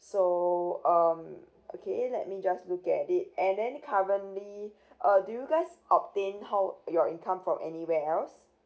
so um okay let me just look at it and then currently uh do you guys obtain how your income from anywhere else